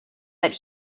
that